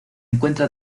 encuentra